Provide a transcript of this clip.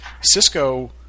Cisco